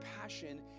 passion